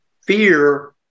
fear